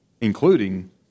including